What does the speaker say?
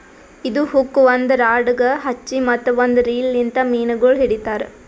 ಇದು ಹುಕ್ ಒಂದ್ ರಾಡಗ್ ಹಚ್ಚಿ ಮತ್ತ ಒಂದ್ ರೀಲ್ ಲಿಂತ್ ಮೀನಗೊಳ್ ಹಿಡಿತಾರ್